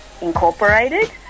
incorporated